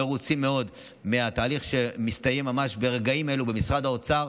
מרוצה מאוד מהתהליך שמסתיים ממש ברגעים אלו במשרד האוצר.